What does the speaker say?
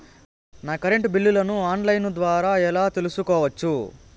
నా కరెంటు బిల్లులను online ద్వారా ఎలా తెలుసుకోవచ్చు?